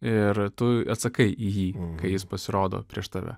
ir tu atsakai į jį kai jis pasirodo prieš tave